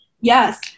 Yes